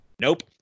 nope